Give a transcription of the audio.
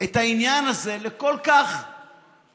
את העניין הזה לכל כך